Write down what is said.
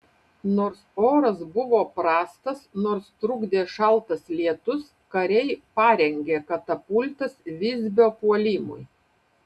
nors oras buvo prastas nors trukdė šaltas lietus kariai parengė katapultas visbio puolimui